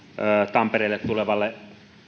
tampereelle tulevalle